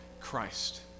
Christ